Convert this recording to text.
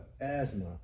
asthma